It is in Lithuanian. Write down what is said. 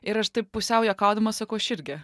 ir aš taip pusiau juokaudama sakau aš irgi